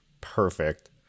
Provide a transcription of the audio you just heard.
Perfect